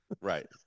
Right